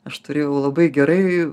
aš turėjau labai gerai